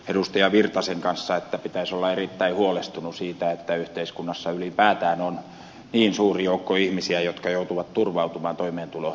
erkki virtasen kanssa että pitäisi olla erittäin huolestunut siitä että yhteiskunnassa ylipäätään on niin suuri joukko ihmisiä jotka joutuvat turvautumaan toimeentulotukeen